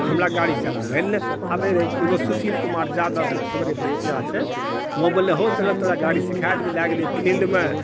हमरा गाड़ी चलाबए नहि आबए रहए एगो सुशील कुमार यादव छै हमरे पड़ोसिया छै ओ बोललए हौ चल तोरा गाड़ी सीखा देबए लए गेलय फील्डमे